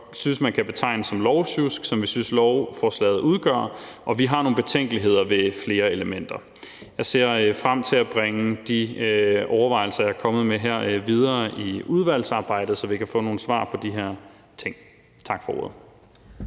synes man kan betegne som lovsjusk, som vi synes lovforslaget udgør, og vi har nogle betænkeligheder ved flere elementer. Jeg ser frem til at bringe de overvejelser, jeg er kommet med her, videre i udvalgsarbejdet, så vi kan få nogle svar på de her ting. Tak for ordet.